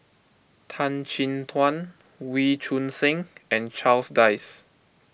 Tan Chin Tuan Wee Choon Seng and Charles Dyce